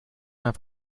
have